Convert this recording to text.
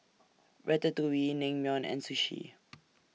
Ratatouille Naengmyeon and Sushi